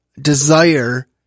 desire